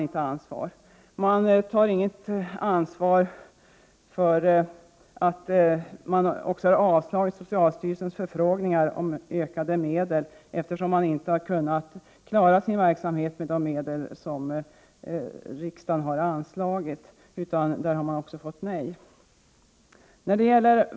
Det tar man inte ansvar för. Socialstyrelsens förfrågningar om ökade medel har avvisats. Man har inte kunnat klara sin verksamhet med de medel som riksdagen har anslagit, men också där har man fått nej.